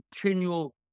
continual